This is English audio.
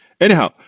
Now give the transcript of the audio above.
Anyhow